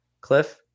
Cliff